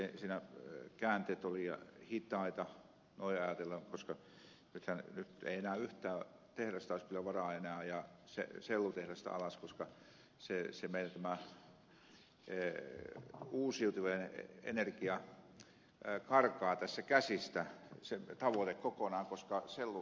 minusta siinä käänteet ovat liian hitaita noin ajatellen koska nythän ei enää yhtä otti irstas ja varonenä yhtään sellutehdasta olisi kyllä varaa ajaa alas koska tämä uusiutuvan energian tavoite karkaa tässä käsistä kokonaan koska sellutehtaat tuottavat yllättävän paljon